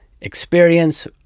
experience